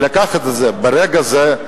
ברגע זה,